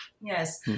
Yes